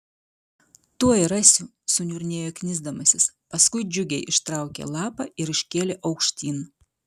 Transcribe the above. tuoj rasiu suniurnėjo knisdamasis paskui džiugiai ištraukė lapą ir iškėlė aukštyn